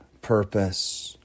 purpose